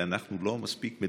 ואנחנו לא מספיק,